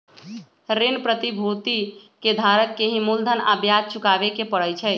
ऋण प्रतिभूति के धारक के ही मूलधन आ ब्याज चुकावे के परई छई